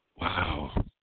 Wow